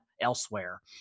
elsewhere